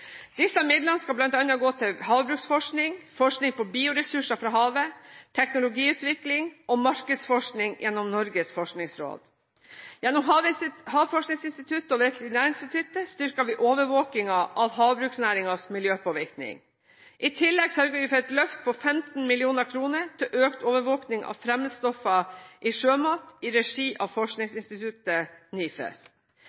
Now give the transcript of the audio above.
Disse midlene skal bl.a. gå til havbruksforskning, forskning på bioressurser fra havet, teknologiutvikling og markedsforskning gjennom Norges forskningsråd. Gjennom Havforskningsinstituttet og Veterinærinstituttet styrker vi overvåkningen av havbruksnæringens miljøpåvirkning. I tillegg sørger vi for et løft på 15 mill. kr til økt overvåkning av fremmedstoffer i sjømat i regi av